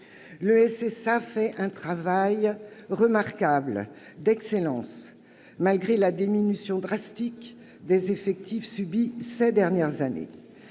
dernier fait un travail remarquable, d'excellence, malgré la diminution drastique des effectifs subie ces dernières années.